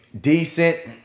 decent